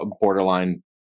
borderline